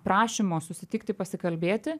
prašymo susitikti pasikalbėti